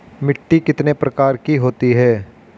मिट्टी कितने प्रकार की होती हैं?